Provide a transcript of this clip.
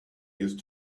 used